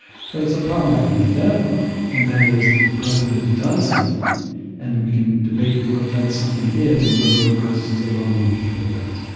but it's a problem i can identify. and that is that the president has done something and we can debate what that something is and whether it rises to the level of impeachable offense